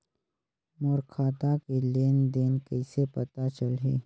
मोर खाता के लेन देन कइसे पता चलही?